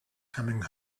coming